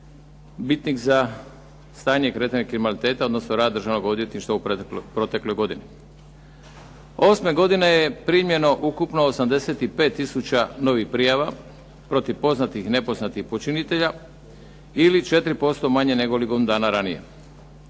bitnih za stanje i kretanje kriminaliteta, odnosno rad državnog odvjetništva u protekloj godini. Osme godine je primljeno ukupno 85000 novih prijava protiv poznatih i nepoznatih počinitelja ili 4% manje nego godinu dana ranije.